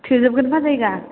थोजोबगोन ना जायगा